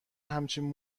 همچین